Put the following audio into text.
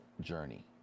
journey